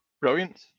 brilliant